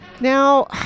Now